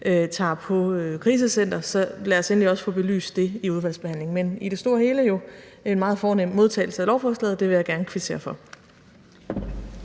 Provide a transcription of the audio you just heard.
tager på krisecenter, så lad os endelig også få belyst det i udvalgsbehandlingen. Men i det store hele var det jo en meget fornem modtagelse af lovforslaget. Det vil jeg gerne kvittere for.